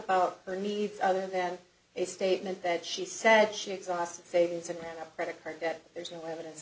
about her needs other than a statement that she said she exhausted savings and credit card debt there's no evidence